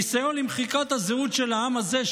הניסיון למחיקת הזהות של העם הזה,